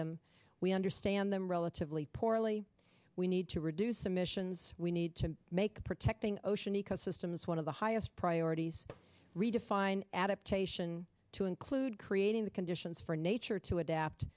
them we understand them relatively poorly we need to reduce emissions we need to make protecting ocean ecosystems one of the highest priorities redefine adaptation to include creating the conditions for nature to adapt